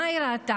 מה היא ראתה?